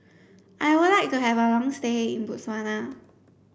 I would like to have a long stay in Botswana